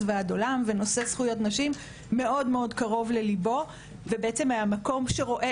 ועד עולם ונושא זכויות נשים מאוד מאוד קרוב לליבו ובעצם מהמקום שרואה